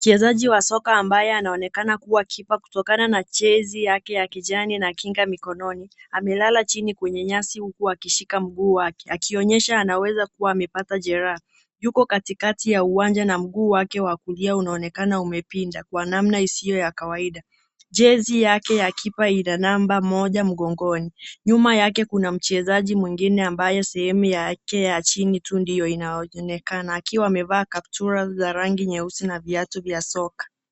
Mchezaji wa soka ambaye anaonekana kuwa kipa kutokana na jezi yake ya kijani na kinga mikononi ,amelala chini kwenye nyasi huku akishika mguu wake akionyesha anaweza kuwa amepata jereha , yuko katikati ya uwanja na mguu wake wa kulia unaonekena ume pinda kwa namna isiyo ya kawaida, jezi yake ya kipa ina namba moja mgongoni ,nyuma yake kuna mchezaji mwingine na ambaye sehemu yake ya chini tu ndio ina onekana akiwa amevaa kaptura za rangi nyeusi na viatu vya soka.